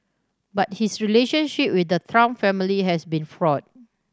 but his relationship with the Trump family has been fraught